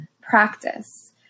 practice